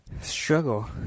struggle